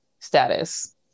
status